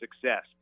success